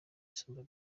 isumba